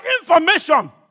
information